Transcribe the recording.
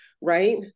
Right